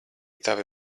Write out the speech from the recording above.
tavi